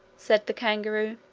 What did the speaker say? said the kangaroo.